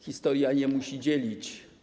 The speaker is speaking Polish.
Historia nie musi dzielić.